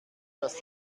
dass